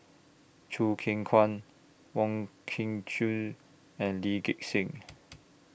Choo Keng Kwang Wong Kin Jong and Lee Gek Seng